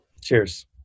Cheers